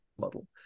model